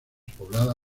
poblada